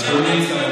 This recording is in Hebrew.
אדוני,